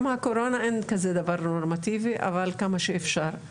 עם הקורונה אין כזה דבר נורמטיבי אבל כמה שאפשר.